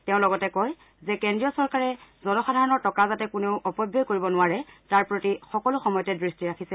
তেওঁ লগতে কয় যে কেন্দ্ৰীয় চৰকাৰে জনসাধাৰণৰ টকা যাতে কোনেও অপব্যয় কৰিব নোৱাৰে তাৰ প্ৰতি সকলো সময়তে দৃষ্টি ৰাখিছে